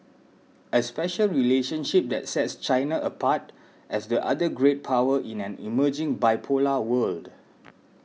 a special relationship that sets China apart as the other great power in an emerging bipolar world